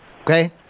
Okay